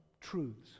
Truths